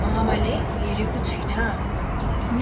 मैले हेरेको छुइनँ मी